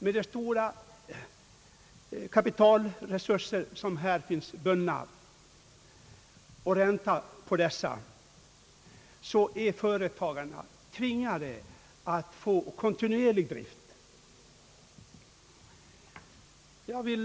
Med de stora kapitalresurser som binds i virkeslagren och den ränta de drar är företagarna tvingade att ordna kontinuerlig tillförsel av råvara.